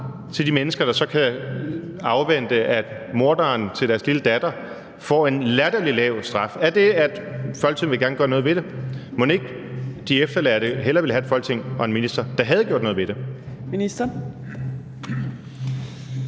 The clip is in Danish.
til de mennesker, der så kan afvente, at morderen til deres lille datter får en latterlig lav straf? Er det, at Folketinget gerne vil gøre noget ved det? Mon ikke de efterladte hellere ville have et Folketing og en minister, der havde gjort noget ved det?